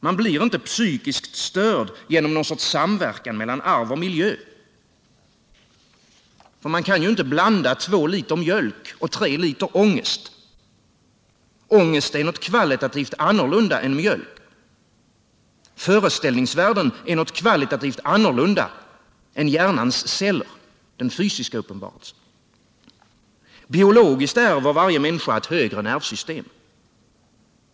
Man blir inte psykiskt störd genom någon sorts samverkan mellan arv och miljö, för man kan ju inte blanda två liter mjölk och tre liter ångest. Ångest är något kvalitativt annorlunda än mjölk. Föreställningsvärlden är något kvalitativt annorlunda än hjärnans celler, den fysiska uppenbarelsen. Biologiskt ärver varje människa ett högre nervsystem.